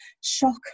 shock